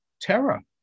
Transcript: terror